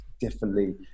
differently